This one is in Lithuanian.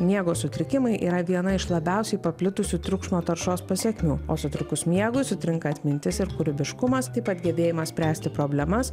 miego sutrikimai yra viena iš labiausiai paplitusių triukšmo taršos pasekmių o sutrikus miegui sutrinka atmintis ir kūrybiškumas taip pat gebėjimas spręsti problemas